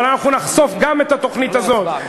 ואנחנו נחשוף גם את התוכנית הזאת.